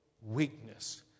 weakness